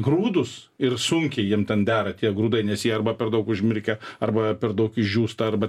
grūdus ir sunkiai jiem ten dera tie grūdai nes jie arba per daug užmirkę arba per daug išdžiūsta arba